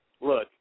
Look